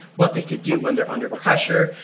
what they could do when they're under pressure,